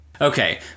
Okay